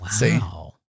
Wow